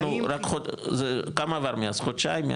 כמה עבר מאז חודשיים,